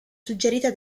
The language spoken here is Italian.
suggerita